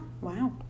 Wow